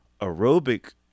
aerobic